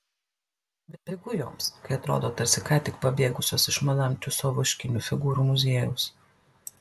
bepigu joms kai atrodo tarsi ką tik pabėgusios iš madam tiuso vaškinių figūrų muziejaus